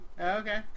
Okay